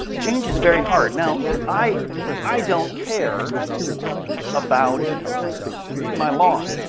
change is very hard. now i i don't care about my lawn.